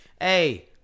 hey